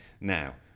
now